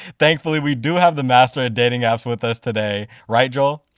thankfully, we do have the master of dating apps with us today. right, joel?